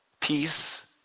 Peace